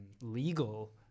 legal